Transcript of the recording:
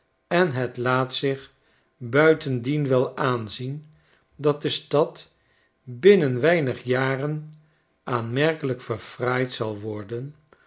en het aat zich buitendien wel aanzien dat de stad binnen weinig jaren aanmerkelijk verfraaid zal worden